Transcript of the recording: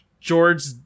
George